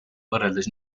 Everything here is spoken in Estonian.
võrreldes